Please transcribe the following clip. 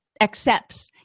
accepts